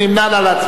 מי נמנע?